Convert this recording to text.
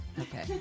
Okay